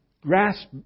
grasp